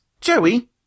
Joey